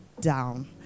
down